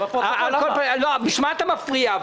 בשביל מה אתה מפריע?